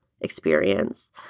experience